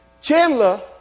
Chandler